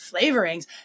flavorings